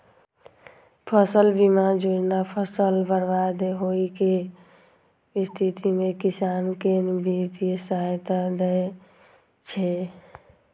फसल बीमा योजना फसल बर्बाद होइ के स्थिति मे किसान कें वित्तीय सहायता दै छै